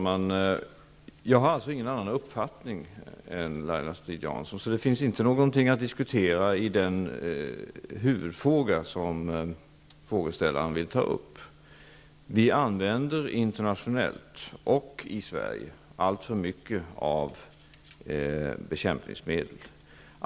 Fru talman! Jag har ingen annan uppfattning än Laila Strid-Jansson. Det finns inte någonting att diskutera i den huvudfråga som frågeställaren vill ta upp. Vi använder internationellt och i Sverige alltför mycket av bekämpningsmedel.